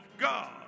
God